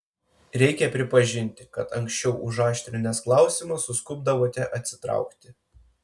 reikia pripažinti kad anksčiau užaštrinęs klausimą suskubdavote atsitraukti